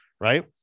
right